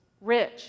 rich